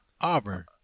Auburn